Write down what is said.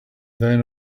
then